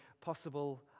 possible